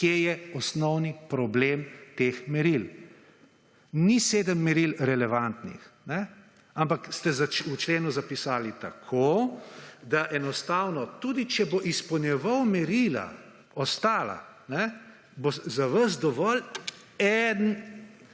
kje je osnovni problem teh meril? Ni sedem meril relevantnih, ampak ste v členu zapisali tako, da enostavno tudi če bo izpolnjeval merila ostala, bo za vas dovolj en,